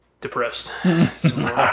depressed